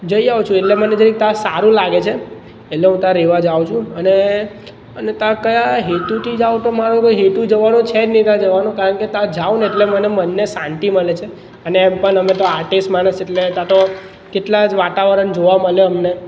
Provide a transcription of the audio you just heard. જઈ આવું છું એટલે મને જરીક ત્યાં સારું લાગે છે એટલે હું તાં રહેવા જાઉ છું અને અને ત્યાં કયા હેતુથી જાઉ તો મારો એવો હેતુ જવાનો છે જ નઈ ત્યાં જવાનો કારણ કે ત્યાં જાઉ ને તો મને મનને શાંતિ મળે છે અને એમ પણ અમે તો આર્ટિસ્ટ માણસ એટલે ત્યાં તો કેટલા જ વાતાવરણ જોવા મલે અમને